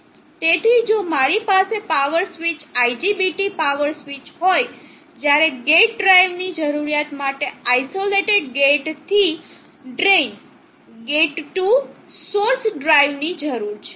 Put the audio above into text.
તેથી જો મારી પાસે power switch IGBT power switch હોય જ્યાં ગેટ ડ્રાઇવર ની જરૂરિયાત માટે આઇસોલેટેડ ગેટ થી drain gate to source drive ની જરૂર છે